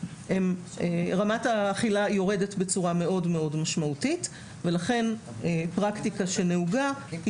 רמת האכילה יורדת בצורה מאוד מאוד משמעותית ולכן פרקטיקה שנהוגה היא